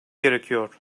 gerekiyor